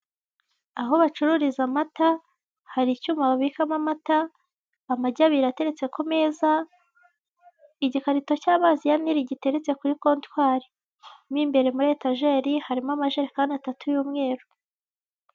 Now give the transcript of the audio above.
Aho bacururiza amata hari icyuma babikamo amata, amagi abiri ateretse ku meza igikarito cy'amazi ya nili giteretse kuri kontwari mo imbere muri etajeri harimo amajerekani atatu y'umweru.